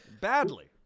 Badly